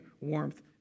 warmth